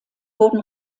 wurden